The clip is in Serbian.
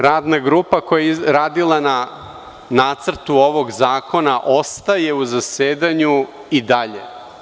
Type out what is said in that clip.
Radna grupa koja je radila na Nacrtu ovog zakona ostaje u zasedanju i dalje.